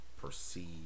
perceive